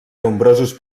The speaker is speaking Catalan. nombrosos